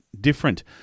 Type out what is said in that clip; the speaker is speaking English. different